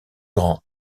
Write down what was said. grand